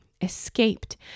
escaped